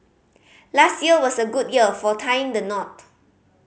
last year was a good year for tying the knot